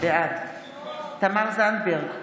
בעד תמר זנדברג,